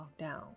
lockdown